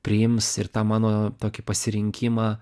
priims ir tą mano tokį pasirinkimą